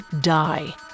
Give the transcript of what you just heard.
die